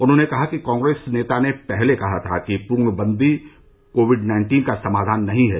उन्होंने कहा कि कांग्रेस नेता ने पहले कहा था कि पूर्णबंदी कोविड नाइन्टीन का समाधान नहीं है